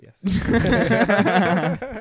Yes